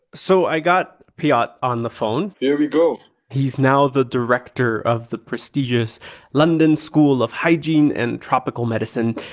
so i got piot on the phone here we go he's now the director of the prestigious london school of hygiene and tropical medicine.